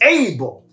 able